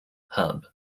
hub